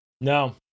no